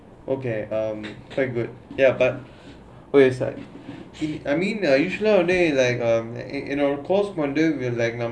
okay um quite good ya but is like he I mean uh usually என்னோடு:ennodu course வந்தே:vanthae nowaday like um you know